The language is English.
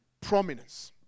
prominence